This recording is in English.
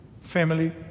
family